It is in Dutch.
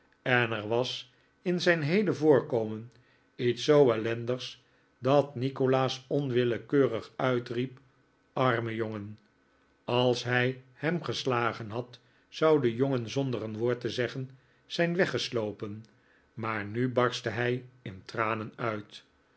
en er was in zijn heele voorkomen iets zoo ellendigs dat nikolaas onwillekeurig uitriep arme jongen als hij hem geslagen had zou de jongen zonder een woord'te zeggen zijn weggeslopenj maar nu barstte hij in tranen uit